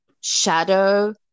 Shadow